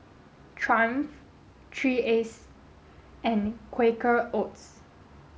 triumph three and Quaker Oats